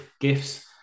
gifts